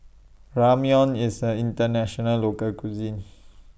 Ramyeon IS A International Local Cuisine